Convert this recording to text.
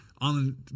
on